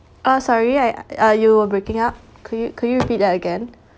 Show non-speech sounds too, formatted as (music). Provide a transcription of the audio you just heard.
ah sorry I uh you were breaking up could you could you repeat that again (breath)